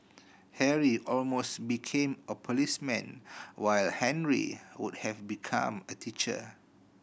Harry almost became a policeman while Henry would have become a teacher